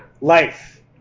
life